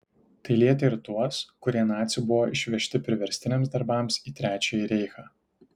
tai lietė ir tuos kurie nacių buvo išvežti priverstiniams darbams į trečiąjį reichą